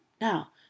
now